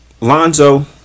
Lonzo